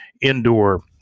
indoor